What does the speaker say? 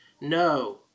No